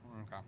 okay